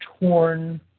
torn